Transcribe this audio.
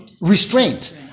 Restraint